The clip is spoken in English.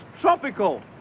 tropical